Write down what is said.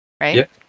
right